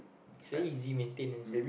so easy maintain is it